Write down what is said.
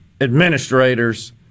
administrators